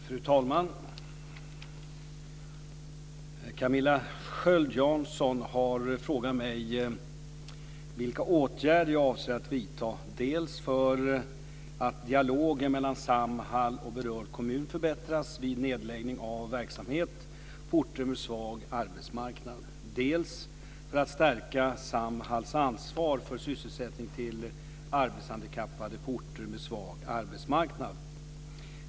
Fru talman! Camilla Sköld Jansson har frågat mig vilka åtgärder jag avser att vidta, dels för att dialogen mellan Samhall och berörd kommun förbättras vid nedläggning av verksamhet på orter med svag arbetsmarknad, dels för att stärka Samhalls ansvar för sysselsättning till arbetshandikappade på orter med svag arbetsmarknad.